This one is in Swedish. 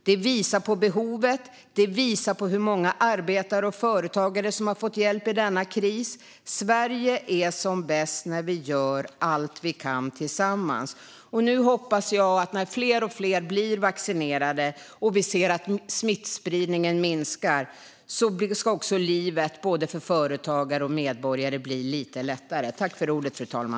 Det visar på behovet, och det visar på hur många arbetare och företagare som har fått hjälp i denna kris. Sverige är som bäst när vi gör allt vi kan tillsammans. Jag hoppas, nu när fler och fler blir vaccinerade och vi ser att smittspridningen minskar, att livet för både företagare och medborgare ska bli lite lättare.